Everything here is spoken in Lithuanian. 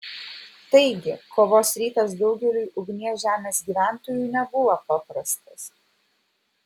taigi kovos rytas daugeliui ugnies žemės gyventojų nebuvo paprastas